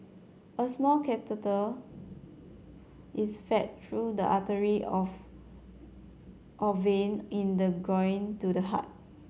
a small catheter is fed through the artery off or vein in the groin to the heart